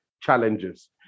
challenges